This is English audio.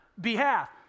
behalf